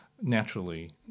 naturally